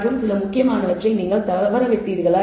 மற்றும் சில முக்கியமானவற்றை நீங்கள் தவறவிட்டீர்களா